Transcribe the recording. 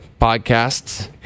podcasts